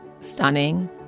stunning